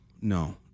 no